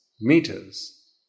meters